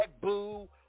boo